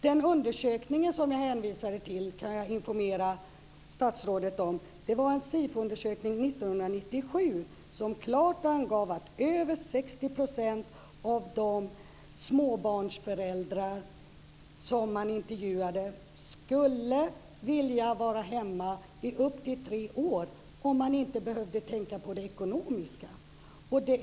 Den undersökning som jag hänvisade till, kan jag informera statsrådet om, var en SIFO-undersökning från 1997, som klart angav att över 60 % av de intervjuade småbarnsföräldrarna skulle vilja vara hemma i upp till tre år om de inte behövde tänka på det ekonomiska.